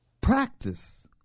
Practice